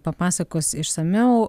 papasakos išsamiau